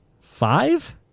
Five